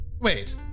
Wait